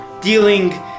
Dealing